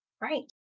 Right